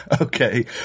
Okay